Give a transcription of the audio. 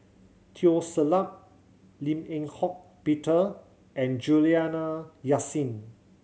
Teo Ser Luck Lim Eng Hock Peter and Juliana Yasin